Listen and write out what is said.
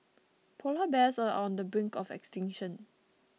Polar Bears are on the brink of extinction